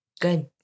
Good